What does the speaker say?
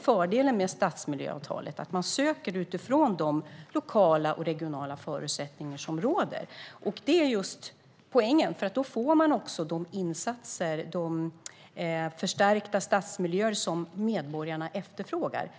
Fördelen med stadsmiljöavtalet är att man söker utifrån lokala och regionala förutsättningar. Det är poängen, eftersom man då också får de insatser och de förstärkta stadsmiljöer som medborgarna efterfrågar.